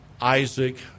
Isaac